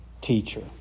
teacher